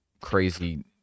crazy